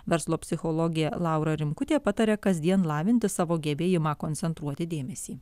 verslo psichologė laura rimkutė pataria kasdien lavinti savo gebėjimą koncentruoti dėmesį